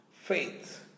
faith